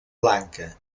blanca